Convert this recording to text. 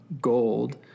gold